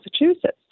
Massachusetts